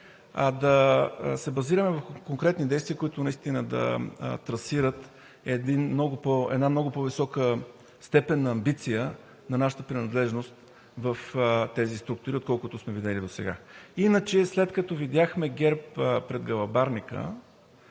а да се базираме върху конкретни действия, които наистина да трасират една много по-висока степен на амбиция на нашата принадлежност в тези структури, отколкото сме видели досега. Иначе, след като видяхме ГЕРБ пред Гълъбарника,